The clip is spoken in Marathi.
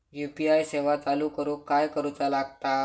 यू.पी.आय सेवा चालू करूक काय करूचा लागता?